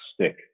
stick